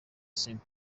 saint